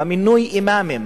במינוי אימאמים,